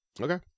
Okay